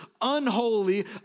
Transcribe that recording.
unholy